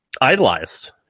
idolized